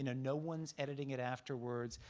you know no one's editing it afterwards.